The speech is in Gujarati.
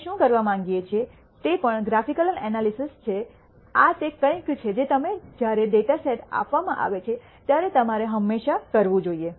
આપણે શું કરવા માંગીએ છીએ તે પણ ગ્રાફિકલ એનાલિસિસ છે આ તે કંઈક છે જે તમારે જ્યારે ડેટા સેટ આપવામાં આવે ત્યારે તમારે હંમેશા કરવું જોઈએ